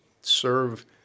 serve